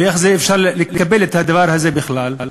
איך אפשר לקבל את הדבר הזה בכלל?